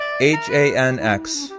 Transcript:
H-A-N-X